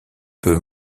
peu